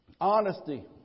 Honesty